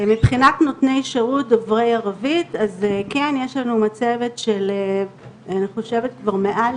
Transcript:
מבחינת נותני שירות דוברי ערבית אז כן יש לנו צוות של כבר מעל